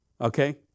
okay